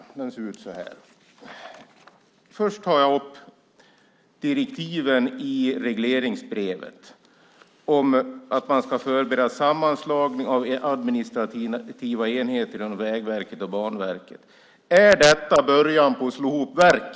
Den ser ut så här. Först tar jag upp direktiven i regleringsbrevet om att man ska förbereda en sammanslagning av de administrativa enheterna inom Vägverket och Banverket. Är detta början på att slå ihop verken?